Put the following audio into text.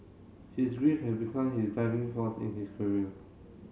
his grief had become his diving force in his career